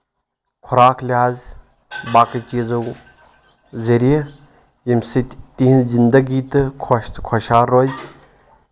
خُراکھ لِحظٕ باقٕے چیٖزو ذٔریعہِ ییٚمہِ سۭتۍ تِہنٛز زندگی تہٕ خۄش تہٕ خۄشحال روزِ